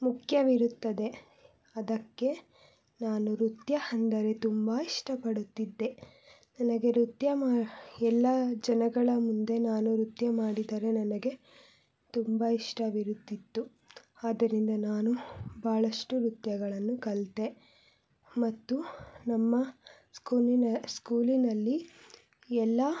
ಮುಖ್ಯವಿರುತ್ತದೆ ಅದಕ್ಕೆ ನಾನು ನೃತ್ಯ ಅಂದರೆ ತುಂಬ ಇಷ್ಟಪಡುತ್ತಿದ್ದೆ ನನಗೆ ನೃತ್ಯ ಮಾ ಎಲ್ಲ ಜನಗಳ ಮುಂದೆ ನಾನು ನೃತ್ಯ ಮಾಡಿದರೆ ನನಗೆ ತುಂಬ ಇಷ್ಟವಿರುತಿತ್ತು ಆದ್ದರಿಂದ ನಾನು ಭಾಳಷ್ಟು ನೃತ್ಯಗಳನ್ನು ಕಲಿತೆ ಮತ್ತು ನಮ್ಮ ಸ್ಕೂಲಿನ ಸ್ಕೂಲಿನಲ್ಲಿ ಎಲ್ಲ